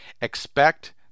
expect